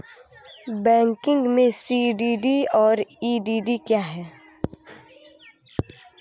Banking में CDD और EDD क्या हैं?